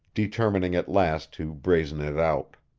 determining at last to brazen it out.